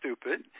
stupid